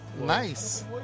Nice